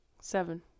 Seven